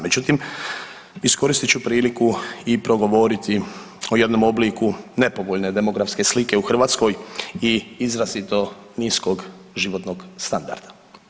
Međutim, iskoristit ću priliku i progovoriti o jednom obliku nepovoljne demografske slike u Hrvatskoj i izrazito niskog životnog standarda.